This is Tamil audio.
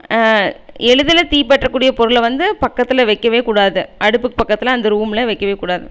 எளிதில் தீ பற்றக்கூடிய பொருளை வந்து பக்கத்தில் வைக்கவேக்கூடாது அடுப்புக்கு பக்கத்தில் அந்த ரூம்மில் வைக்கவேக்கூடாது